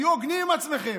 תהיו הוגנים עם עצמכם,